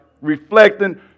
reflecting